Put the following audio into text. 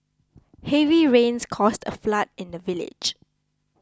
heavy rains caused a flood in the village